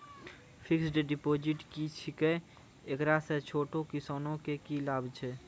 Fixed deposit की छिकै, एकरा से छोटो किसानों के की लाभ छै?